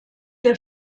der